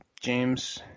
James